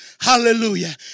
Hallelujah